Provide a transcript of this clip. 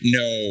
no